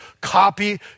copy